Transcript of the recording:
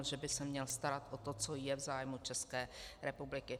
Že by se měl starat o to, co je v zájmu České republiky.